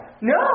No